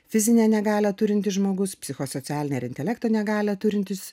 fizinę negalią turintis žmogus psichosocialinę ir intelekto negalią turintis